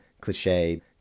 cliche